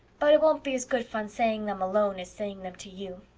but it won't be as good fun saying them alone as saying them to you.